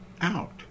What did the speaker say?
out